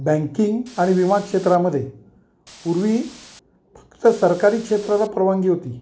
banking आणि विमा क्षेत्रामध्ये पूर्वी फक्त सरकारी क्षेत्राला परवानगी होती